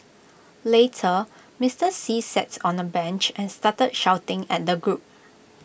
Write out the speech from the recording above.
later Mister see sats on A bench and started shouting at the group